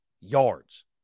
yards